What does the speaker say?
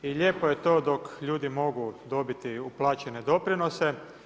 I lijepo je to dok ljudi mogu dobiti uplaćene doprinose.